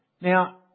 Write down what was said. Now